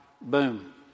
boom